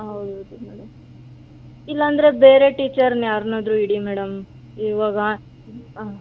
ಹೌದು ಮೇಡಮ್ ಇಲ್ಲ ಅಂದರೆ ಬೇರೆ ಟೀಚರನ್ನ ಯಾರನ್ನಾದ್ರು ಇಡಿ ಮೇಡಮ್ ಇವಾಗ ಹಾಂ